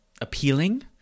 appealing